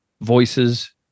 voices